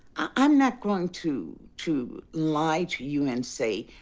i'm not going to to lie to you and say,